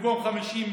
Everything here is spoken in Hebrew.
במקום 50,